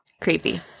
creepy